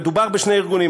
מדובר בשני ארגונים,